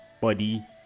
body